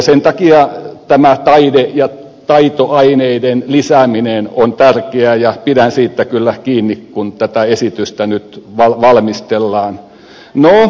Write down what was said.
sen takia tämä taide ja taitoaineiden lisääminen on tärkeää ja pidän siitä kyllä kiinni kun tätä esitystä nyt valmistellaan